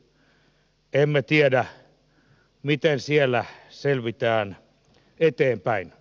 emme tiedä miten siellä selvitään eteenpäin